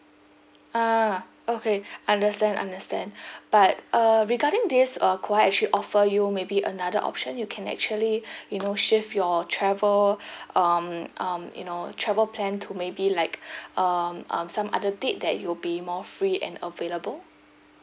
ah okay understand understand but uh regarding this uh could I actually offer you maybe another option you can actually you know shift your travel um um you know travel plan to maybe like um um some other date that you'll be more free and available